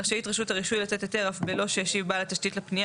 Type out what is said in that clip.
רשאית רשות הרישוי לתת היתר אף בלא שהשיב בעל תשתית לפנייה